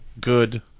good